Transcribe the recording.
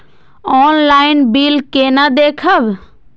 Online bill केना देखब?